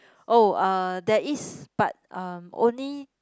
oh uh there is but uh only